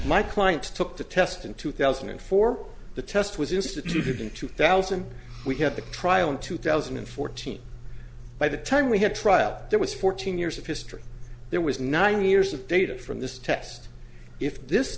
my client took the test in two thousand and four the test was instituted in two thousand we had the trial in two thousand and fourteen by the time we had trial there was fourteen years of history there was nine years of data from this test if this